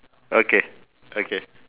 okay okay